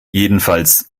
jedenfalls